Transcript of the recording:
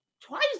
twice